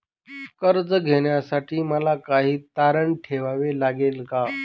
कर्ज घेण्यासाठी मला काही तारण ठेवावे लागेल का?